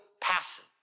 passive